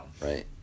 Right